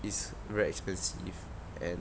is very expensive and